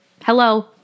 hello